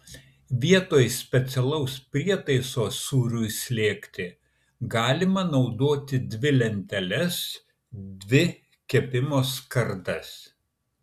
vietoj specialaus prietaiso sūriui slėgti galima naudoti dvi lenteles dvi kepimo skardas